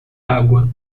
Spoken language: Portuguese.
água